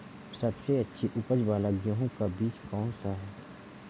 सबसे अच्छी उपज वाला गेहूँ का बीज कौन सा है?